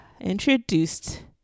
introduced